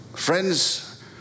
Friends